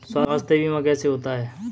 स्वास्थ्य बीमा कैसे होता है?